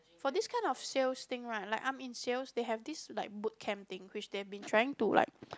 for these kind of sales thing right like arm in sales they have these like boot camp things which they had been trying to like